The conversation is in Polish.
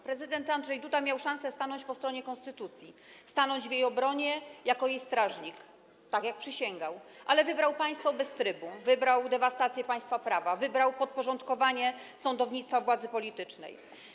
Prezydent Andrzej Duda miał szansę stanąć po stronie konstytucji, stanąć w jej obronie jako jej strażnik, tak jak przysięgał, ale wybrał państwo bez trybu, wybrał dewastację państwa prawa, wybrał podporządkowanie sądownictwa władzy politycznej.